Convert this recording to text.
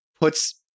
puts